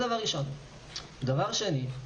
דבר שני,